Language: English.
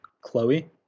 Chloe